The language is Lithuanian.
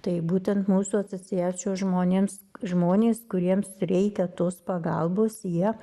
tai būtent mūsų asociacijos žmonėms žmonės kuriems reikia tos pagalbos jie